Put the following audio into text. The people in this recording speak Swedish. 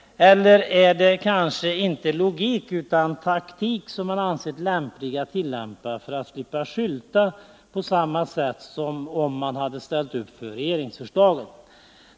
Eller är det kanske inte logik utan taktik, som man ansett lämplig att tillämpa för att slippa skylta på samma sätt som om man hade ställt upp för regeringsförslaget?